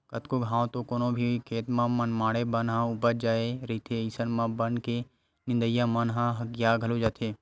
कतको घांव तो कोनो भी खेत म मनमाड़े बन ह उपज जाय रहिथे अइसन म बन के नींदइया मन ह हकिया घलो जाथे